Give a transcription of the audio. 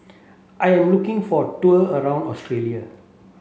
I am looking for a tour around Australia